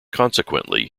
consequently